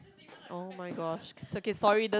oh-my-gosh k~ K sorry the